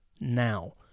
now